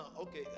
okay